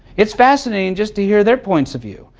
its fascinating just to hear their points of view,